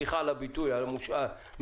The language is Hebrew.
סליחה על הביטוי המושאל,